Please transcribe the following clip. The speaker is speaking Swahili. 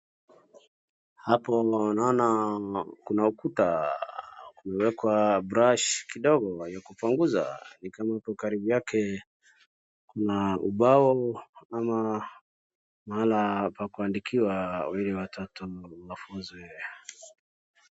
Hapo naona kuna ukuta kumewekwa brush kidogo ya kupanguza. Ni kama hapo karibu yake kuna ubao ama mahala pa kuandikiwa ili watoto wafunzwe.